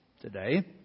today